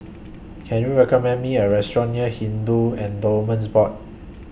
Can YOU recommend Me A Restaurant near Hindu Endowments Board